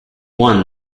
won